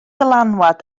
dylanwad